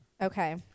okay